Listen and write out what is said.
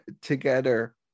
together